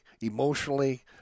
emotionally